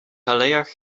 alejach